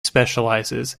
specialises